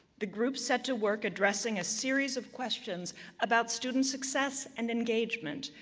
the groups set to work, addressing a series of questions about student success and engagement,